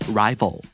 rival